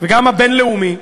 וגם הבין-לאומי,